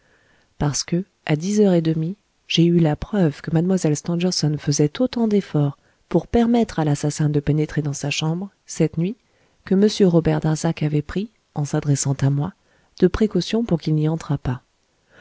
parce que à dix heures et demie j'ai eu la preuve que mlle stangerson faisait autant d'efforts pour permettre à l'assassin de pénétrer dans sa chambre cette nuit que m robert darzac avait pris en s'adressant à moi de précautions pour qu'il n'y entrât pas